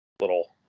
little